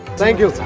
thank you.